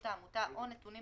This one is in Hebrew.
ביחס לעמותה מסוימת